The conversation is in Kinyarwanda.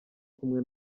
kumwe